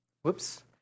Whoops